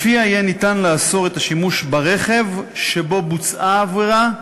ולפיה יהיה ניתן לאסור את השימוש ברכב שבו בוצעה העבירה,